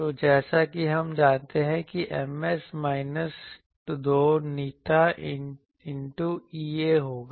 तो जैसा कि हम जानते हैं कि Ms माइनस 2η इनटू Ea होगा